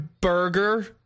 burger